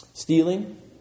Stealing